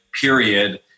period